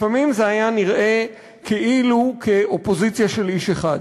לפעמים זה היה נראה כאילו זו אופוזיציה של איש אחד.